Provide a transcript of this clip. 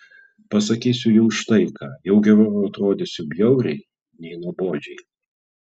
pasakysiu jums štai ką jau geriau atrodysiu bjauriai nei nuobodžiai